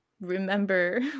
remember